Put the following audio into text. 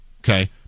Okay